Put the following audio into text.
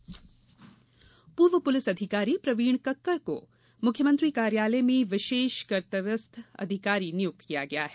तबादले नियुक्ति पूर्व पुलिस अधिकारी प्रवीण कक्कड़ को मुख्यमंत्री कार्यालय में विशेष कर्त्तव्यस्थ अधिकारी नियुक्त किया गया है